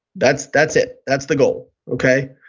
that's that's it, that's the goal, okay?